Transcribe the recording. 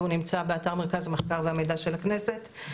והוא נמצא באתר מרכז המחקר והמידע של הכנסת.